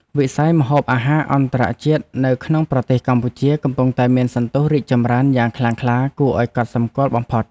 វិស័យម្ហូបអាហារអន្តរជាតិនៅក្នុងប្រទេសកម្ពុជាកំពុងតែមានសន្ទុះរីកចម្រើនយ៉ាងខ្លាំងក្លាគួរឱ្យកត់សម្គាល់បំផុត។